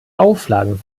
auflagen